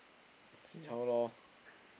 see how lor